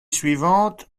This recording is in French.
suivante